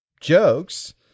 jokes